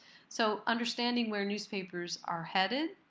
so understanding where newspapers are headed